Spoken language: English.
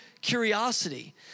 curiosity